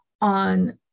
on